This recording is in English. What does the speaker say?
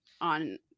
on